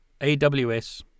AWS